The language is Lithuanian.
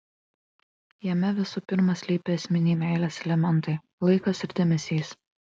jame visų pirma slypi esminiai meilės elementai laikas ir dėmesys